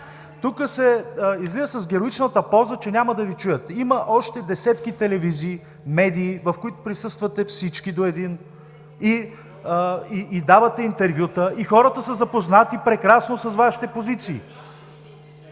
Тук се излиза с героичната поза, че няма да Ви чуят. Има още десетки телевизии, медии, в които присъствате всички до един, давате интервюта и хората са запознати прекрасно с Вашите позиции.